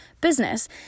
business